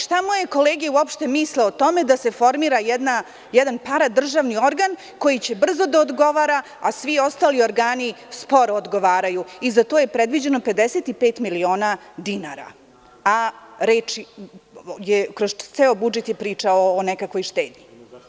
Šta moje kolege uopšte misle o tome da se formira jedan paradržavni organ koji će brzo da odgovara, a svi ostali organi sporo odgovaraju i za to je predviđeno 55 miliona dinara, a kroz ceo budžet je priča o nekakvoj štednji?